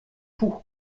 tuch